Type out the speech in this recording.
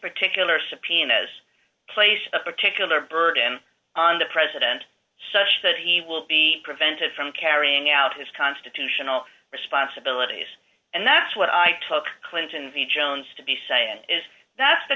particular subpoenas placed a particular burden on the president such that he will be prevented from carrying out his constitutional responsibilities and that's what i took clinton the jones to be saying is that's the